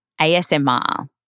ASMR